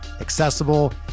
accessible